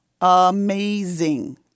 amazing